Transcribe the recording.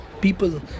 people